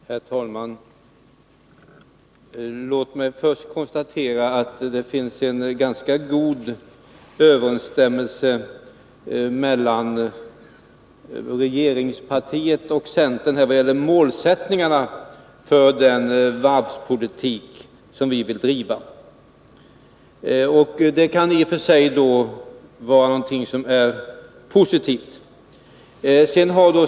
Herr talman! Låt mig först konstatera att det råder ganska god överensstämmelse mellan regeringspartiet och centern när det gäller målsättningen för den varvspolitik som vi vill driva. Det är i och för sig positivt.